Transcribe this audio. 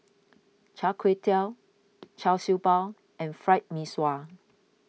Char Kway Teow Char Siew Bao and Fried Mee Sua